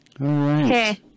Okay